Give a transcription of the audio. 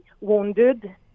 wounded